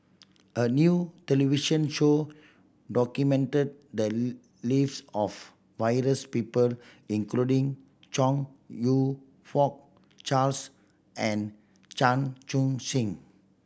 a new television show documented the lives of various people including Chong You Fook Charles and Chan Chun Sing